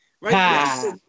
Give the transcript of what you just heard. Right